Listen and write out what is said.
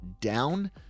down